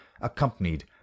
accompanied